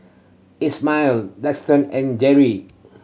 Ishmael Daxton and Jere